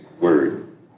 word